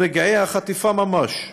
מרגעי החטיפה ממש,